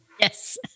Yes